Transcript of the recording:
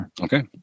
Okay